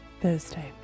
Thursday